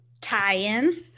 tie-in